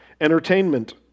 Entertainment